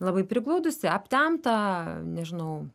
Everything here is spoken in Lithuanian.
labai prigludusį aptemptą nežinau